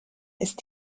ist